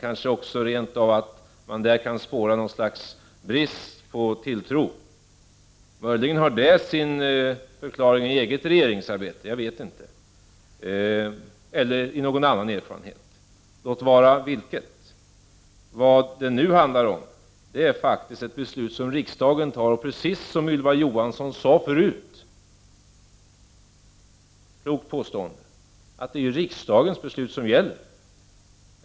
Kanske kan man i detta rent av spåra något slags brist på tilltro. Möjligen kan det ha sin förklaring i hans eget regeringsarbete eller i någon annan erfarenhet — vilken den nu kan vara. Vad det nu handlar är faktiskt ett beslut som riksdagen fattar. Precis som Ylva Johansson så klokt sade är det riksdagens beslut som gäller.